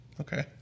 Okay